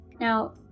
now